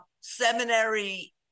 seminary